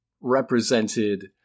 represented